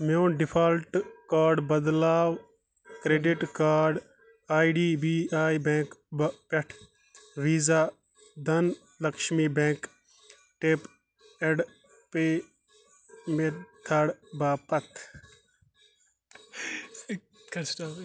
میون ڈِفالٹ کاڑ بدلاو credit card I D B I bank پٮ۪ٹھٕ Visa Dhan Lakshmi bank tap and pay میٚتھَڑ باپتھ